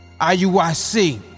IUIC